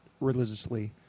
religiously